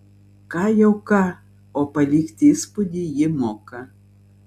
ką jau ką o palikti įspūdį ji moka